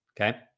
Okay